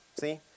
See